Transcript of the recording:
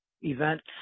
events